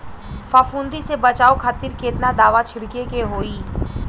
फाफूंदी से बचाव खातिर केतना दावा छीड़के के होई?